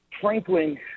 Franklin